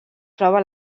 troba